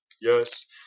yes